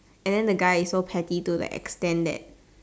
and then the guy is so petty to the extent that